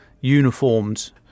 uniformed